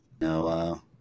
no